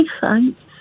thanks